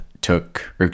took